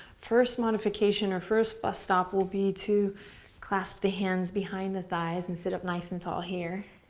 first modification or first bus stop will be to clasp the hands behind the thighs and sit up nice and tall here.